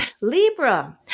Libra